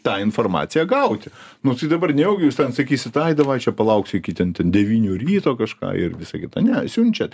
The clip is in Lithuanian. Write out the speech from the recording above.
tą informaciją gauti nu tai dabar nejaugi jūs ten sakysit ai davai čia palauksiu iki ten ten devynių ryto kažką ir visa kita ne siunčiat